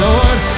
Lord